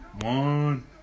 One